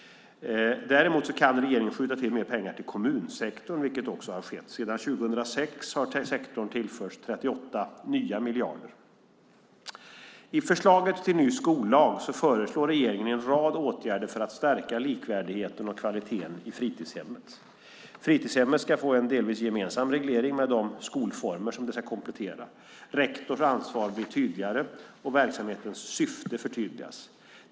Däremot kan regeringen skjuta till mer pengar till kommunsektorn, vilket också har skett. Sedan 2006 har sektorn tillförts 38 nya miljarder. I förslaget till ny skollag föreslår regeringen en rad åtgärder för att stärka likvärdigheten och kvaliteten i fritidshemmet. Fritidshemmet ska få en delvis gemensam reglering med de skolformer som det ska komplettera, rektors ansvar ska bli tydligare och verksamhetens syfte ska förtydligas.